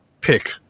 pick